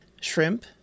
shrimp